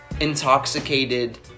intoxicated